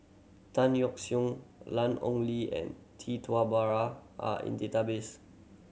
Tan Yeok Seong Lan Ong Li and Tee Tua Ba are in database